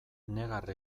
negar